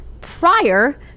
Prior